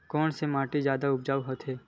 कोन से माटी जादा उपजाऊ होथे?